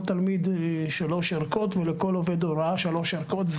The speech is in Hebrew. תלמיד שלוש ערכות ולכל עובד הוראה שלוש ערכות.